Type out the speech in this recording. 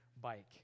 bike